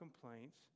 complaints